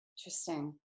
Interesting